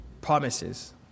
promises